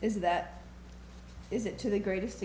is that is it to the greatest